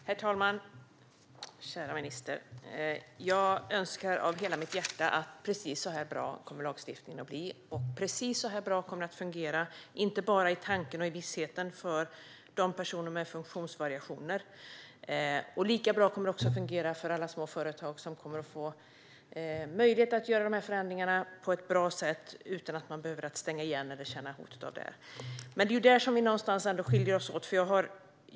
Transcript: Herr talman och kära minister! Jag önskar av hela mitt hjärta att lagstiftningen blir precis så här bra och att det kommer att fungera precis så här bra, inte bara i tanken och vissheten, för personer med funktionsvariationer och för alla små företag som kommer att få möjlighet att göra dessa förändringar på ett bra sätt utan att de behöver stänga igen eller känna hotet om det. Men här någonstans skiljer vi oss åt.